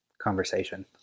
conversation